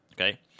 okay